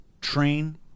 Train